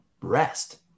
Rest